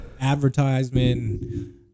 advertisement